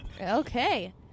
Okay